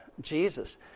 Jesus